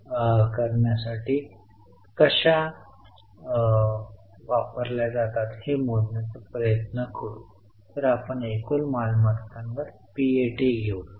खरं तर ते सकारात्मक असल्यास ते नकारात्मक असले पाहिजे याचा अर्थ असा की आपण आपली विद्यमान मालमत्ता विक्री करीत आहात जी चांगली नाही